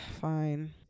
Fine